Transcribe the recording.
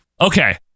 Okay